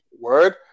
Word